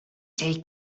take